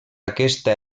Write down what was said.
aquesta